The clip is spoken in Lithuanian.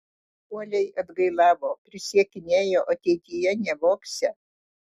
uoliai atgailavo prisiekinėjo ateityje nevogsią